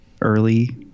early